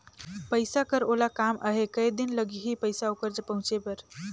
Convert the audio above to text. पइसा कर ओला काम आहे कये दिन लगही पइसा ओकर जग पहुंचे बर?